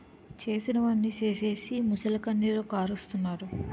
చేసినవన్నీ సేసీసి మొసలికన్నీరు కారస్తన్నాడు